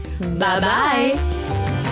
Bye-bye